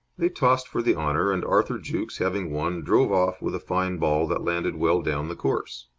they tossed for the honour, and arthur jukes, having won, drove off with a fine ball that landed well down the course.